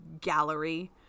Gallery